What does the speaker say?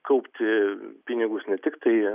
kaupti pinigus ne tiktai